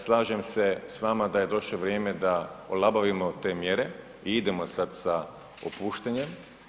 Slažem se s vama da je došlo vrijeme da olabavimo te mjere i idemo sada sa opuštanjem.